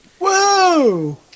Whoa